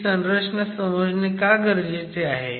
ही संरचना समजणे का गरजेचे आहे